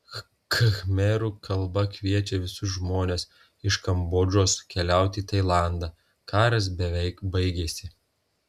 khmerų kalba kviečia visus žmones iš kambodžos keliauti į tailandą karas beveik baigėsi